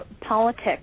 politics